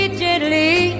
gently